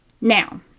Now